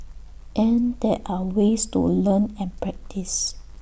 and there are ways to learn and practice